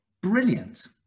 Brilliant